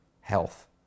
health